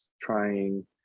trying